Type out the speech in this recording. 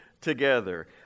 together